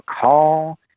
call